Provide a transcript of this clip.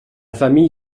famille